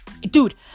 Dude